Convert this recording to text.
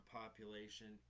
population